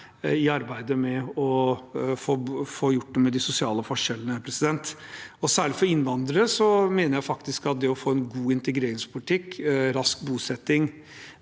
i arbeidet med å få gjort noe med de sosiale forskjellene. Og særlig for innvandrere mener jeg faktisk at det å få en god integreringspolitikk, rask bosetting,